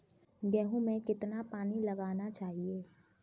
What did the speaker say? गेहूँ में कितना पानी लगाना चाहिए?